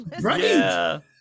Right